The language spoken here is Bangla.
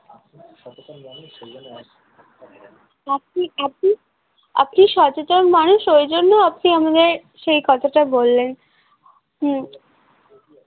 আপনি আপনি আপনি সচেতন মানুষ ওই জন্য আপনি আমাদের সেই কথাটা বললেন হুম